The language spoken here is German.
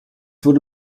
wurde